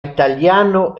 italiano